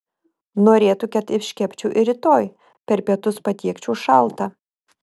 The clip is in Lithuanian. norėtų kad iškepčiau ir rytoj per pietus patiekčiau šaltą